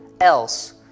else